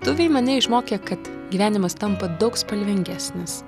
tuviai mane išmokė kad gyvenimas tampa daug spalvingesnis